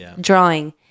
drawing